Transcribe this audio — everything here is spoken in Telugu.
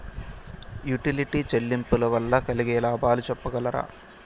యుటిలిటీ చెల్లింపులు వల్ల కలిగే లాభాలు సెప్పగలరా?